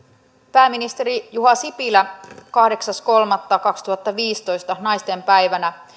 pääministeri juha sipilä kahdeksas kolmatta kaksituhattaviisitoista naistenpäivänä